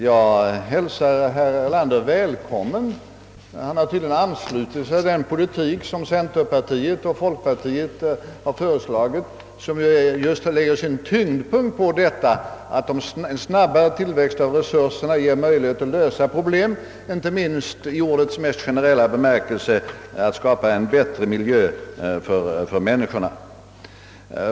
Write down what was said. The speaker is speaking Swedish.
Jag hälsar herr Erlander välkommen — han tycks nu vara beredd att ansluta sig till den politik som centerpartiet och folkpartiet sedan länge förordar och som just lägger sin tyngdpunkt på att en snabbare tillväxt av resurserna ger möjlighet att lösa problemen och inte minst att i ordets mest generella bemärkelse skapa en bättre miljö för människorna.